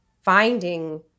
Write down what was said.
finding